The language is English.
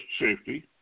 safety